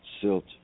silt